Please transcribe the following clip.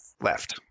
Left